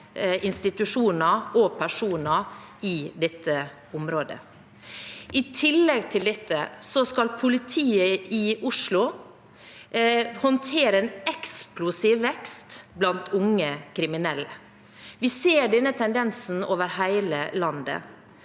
institusjoner og personer i dette området. I tillegg til dette skal politiet i Oslo håndtere en eksplosiv vekst blant unge kriminelle. Vi ser denne tendensen over hele landet.